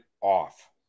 off